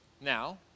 now